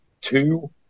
two